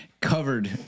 Covered